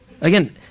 Again